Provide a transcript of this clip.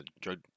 drug